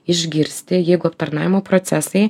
išgirsti jeigu aptarnavimo procesai